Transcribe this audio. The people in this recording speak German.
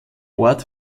ort